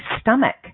stomach